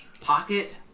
Pocket